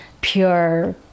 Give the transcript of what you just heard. pure